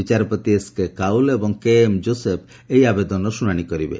ବିଚାରପତି ଏସ୍କେ କାଉଲ୍ ଏବଂ କେଏମ୍ ଯୋଶେଫ୍ ଏହି ଆବେଦନର ଶୁଣାଣି କରିବେ